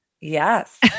Yes